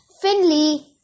Finley